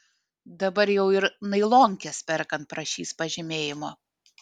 dabar jau ir nailonkes perkant prašys pažymėjimo